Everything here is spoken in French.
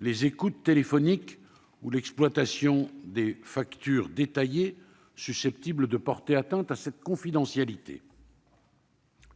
les écoutes téléphoniques ou l'exploitation des factures détaillées susceptibles de porter atteinte à cette confidentialité.